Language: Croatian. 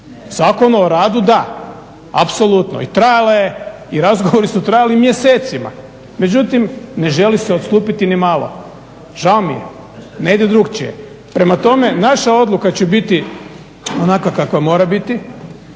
Zakona o radu da, apsolutno i trajala je i razgovori su trajali mjesecima, međutim ne želi se odstupiti nimalo, žao mi je ne ide drukčije. Prema tome, naša odluka će biti onakva kakva mora biti.